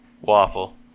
Waffle